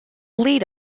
lead